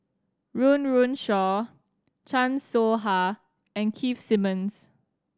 Run Run Shaw Chan Soh Ha and Keith Simmons